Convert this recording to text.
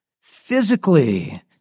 physically